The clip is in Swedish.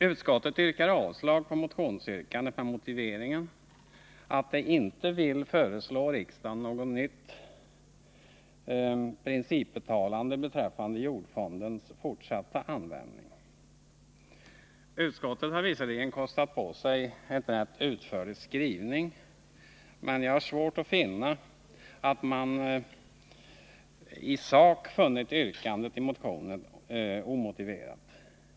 Utskottet yrkar avslag på motionsyrkandet med motiveringen att det inte vill föreslå riksdagen något nytt principuttalande beträffande jordfondens fortsatta användning. Utskottet har visserligen kostat på sig en rätt utförlig skrivning, men jag har svårt att finna att man i sak funnit yrkandet i motionen omotiverat.